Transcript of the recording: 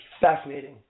fascinating